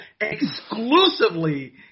exclusively